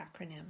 acronym